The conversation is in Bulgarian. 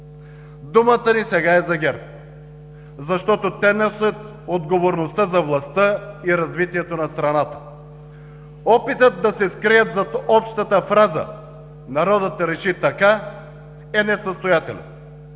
Думата ни сега е за ГЕРБ, защото те носят отговорността за властта и развитието на страната. Опитът да се скрият зад общата фраза „народът реши така“ е несъстоятелен.